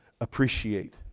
appreciate